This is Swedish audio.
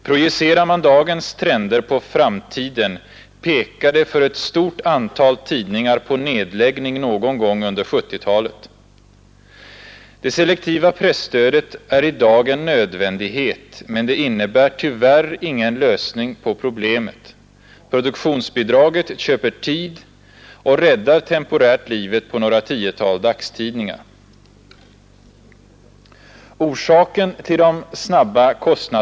Projicerar man dagens trender på framtiden, pekar det för ett stort antal tidningar på nedläggning någon gång under 1970-talet. Det selektiva presstödet är i dag en nödvändighet, men det innebär tyvärr ingen lösning på problemet. Produktionsbidraget köper tid och räddar temporärt livet på några tiotal dagstidningar.